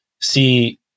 see